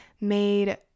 made